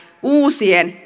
uusien